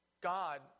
God